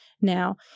now